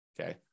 okay